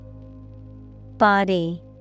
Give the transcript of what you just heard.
Body